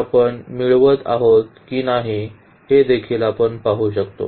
आपण मिळवत आहोत की नाही हे देखील आपण पाहू शकतो